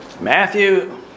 Matthew